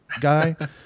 guy